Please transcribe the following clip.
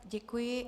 Děkuji.